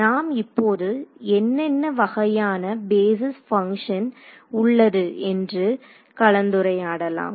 நாம் இப்போது என்னென்ன வகையான பேஸிஸ் பங்க்ஷன்ஸ் உள்ளது என்று கலந்துரையாடலாம்